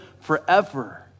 forever